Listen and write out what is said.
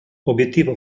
obiettivo